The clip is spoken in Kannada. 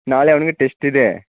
ನಾಳೆ ಅವನಿಗೆ ಟೆಸ್ಟ್ ಇದೆ